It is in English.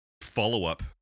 follow-up